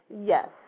Yes